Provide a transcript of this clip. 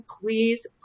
please